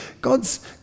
God's